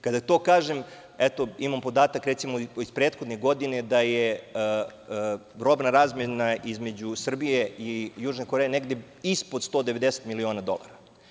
Kada to kažem, imam podatak iz prethodne godine da je robna razmena između Srbije i Južne Koreje negde ispod 190 miliona dolara.